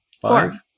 five